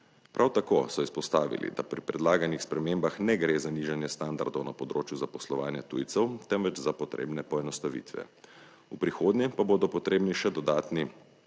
Prav tako so izpostavili, da pri predlaganih spremembah ne gre za nižanje standardov na področju zaposlovanja tujcev, temveč za potrebne poenostavitve. V prihodnje pa bodo potrebni še dodatni